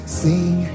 sing